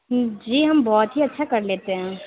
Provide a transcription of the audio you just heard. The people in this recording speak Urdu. جی ہم بہت ہی اچھا کر لیتے ہیں